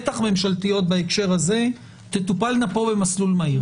בטח ממשלתיות בהקשר הזה, תטופלנה פה במסלול מהיר.